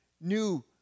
new